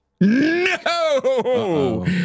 No